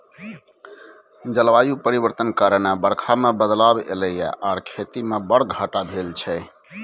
जलबायु परिवर्तन कारणेँ बरखा मे बदलाव एलय यै आर खेती मे बड़ घाटा भेल छै